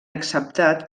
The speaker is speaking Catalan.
acceptat